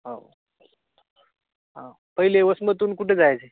हो हा पहिले वसमतून कुठे जायचं